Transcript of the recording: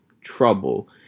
trouble